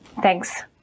Thanks